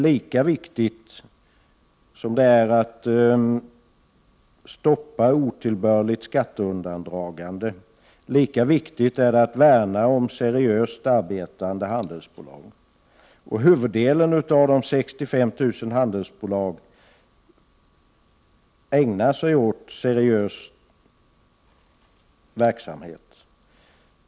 Lika viktigt som det är att stoppa Xtillbörligt skatteundandragande tycker vi att det är att värna om seriöst 53 arbetande handelsbolag. Huvuddelen av de 65 000 handelsbolagen ägnar sigj åt seriös verksamhet.